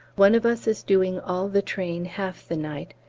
one of us is doing all the train half the night,